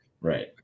Right